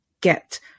get